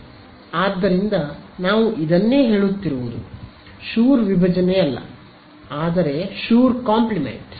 ಆದ್ದರಿಂದ ನಾವು ಇದನ್ನೇ ಹೇಳುತ್ತಿರುವುದು ಶುರ್ ವಿಭಜನೆಯಲ್ಲ ಆದರೆ ಶುರ್ ಕಾಂಪ್ಲಿಮೆಂಟ್ ಸರಿ